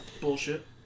Bullshit